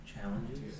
Challenges